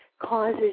causes